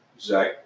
Zach